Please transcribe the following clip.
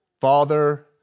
Father